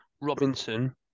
Robinson